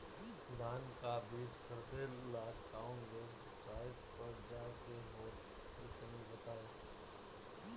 धान का बीज खरीदे ला काउन वेबसाइट पर जाए के होई तनि बताई?